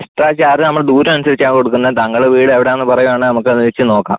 അത് നമ്മൾ ദൂരം അനുസരിച്ചാണ് കൊടുക്കുന്നത് താങ്കളുടെ വീട് എവിടെയാണെന്ന് പറയുവാണെങ്കിൽ നമ്മക്കതുവെച്ച് നോക്കാം